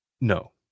no